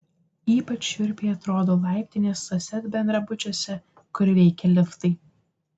ypač šiurpiai atrodo laiptinės tuose bendrabučiuose kur veikia liftai